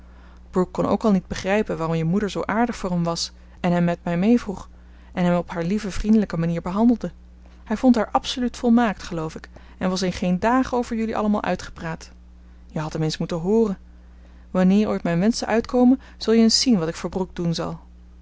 brooke kon ook al niet begrijpen waarom je moeder zoo aardig voor hem was en hem met mij meevroeg en hem op haar lieve vriendelijke manier behandelde hij vond haar absoluut volmaakt geloof ik en was in geen dagen over jullie allemaal uitgepraat je had hem eens moeten hooren wanneer ooit mijn wenschen uitkomen zul j eens zien wat ik voor brooke doen zal